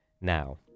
Now